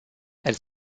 elle